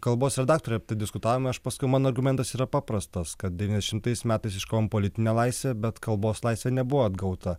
kalbos redaktore diskutavome aš paskui mano argumentas yra paprastas kad devyniasdešimtais metais iškom politinę laisvę bet kalbos laisvė nebuvo atgauta